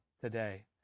today